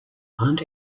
aunt